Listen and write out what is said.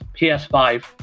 PS5